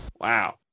Wow